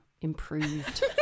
improved